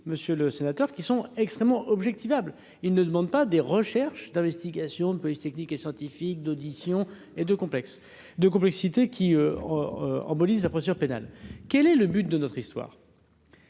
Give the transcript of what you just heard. monsieur le sénateur, qui sont extrêmement objective able, ils ne demandent pas des recherches d'investigations de police technique et scientifique d'audition et de complexe de complexité qui en en Bolivie, la procédure pénale, quel est le but de notre histoire.